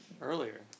Earlier